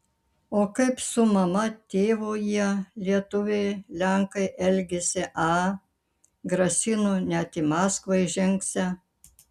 o kaip su mama tėvu jie lietuviai lenkai elgėsi a grasino net į maskvą įžengsią